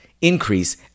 increase